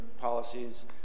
policies